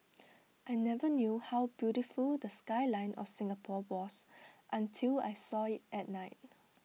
I never knew how beautiful the skyline of Singapore was until I saw IT at night